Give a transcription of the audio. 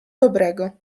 dobrego